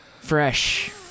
fresh